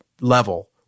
level